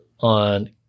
On